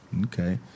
Okay